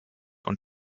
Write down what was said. und